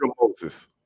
Moses